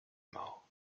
mort